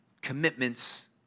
commitments